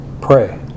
pray